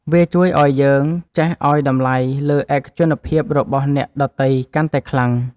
វាជួយឱ្យយើងចេះឱ្យតម្លៃលើឯកជនភាពរបស់អ្នកដទៃកាន់តែខ្លាំង។